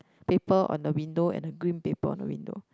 paper on the window and a green paper on the window